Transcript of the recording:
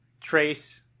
Trace